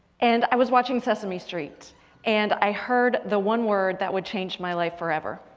and i was watching sesame street and i heard the one word that would change my life forever.